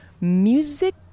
Music